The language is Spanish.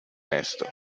esto